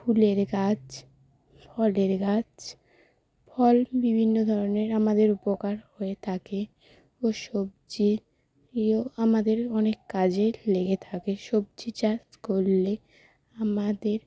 ফুলের গাছ ফলের গাছ ফল বিভিন্ন ধরনের আমাদের উপকার হয়ে থাকে ও সবজি ও আমাদের অনেক কাজে লেগে থাকে সবজি চাষ করলে আমাদের